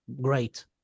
great